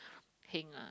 heng ah